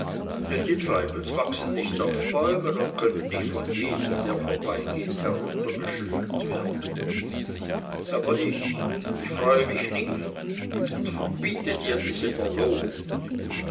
denn die treibels wachsen nicht auf den bäumen und können nicht von jedem der vorbeigeht heruntergeschüttelt werden aber ich ich freue mich nicht und verbiete dir diese verlobung